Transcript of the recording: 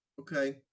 Okay